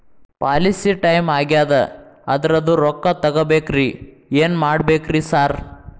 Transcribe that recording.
Policy time ಆಗ್ಯಾದ ಅದ್ರದು ರೊಕ್ಕ ತಗಬೇಕ್ರಿ ಏನ್ ಮಾಡ್ಬೇಕ್ ರಿ ಸಾರ್?